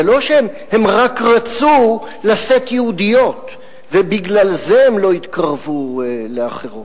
זה לא שהם רצו רק לשאת יהודיות ובגלל זה הם לא התקרבו לאחרות.